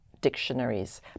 dictionaries